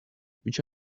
which